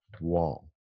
wall